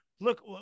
Look